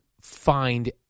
find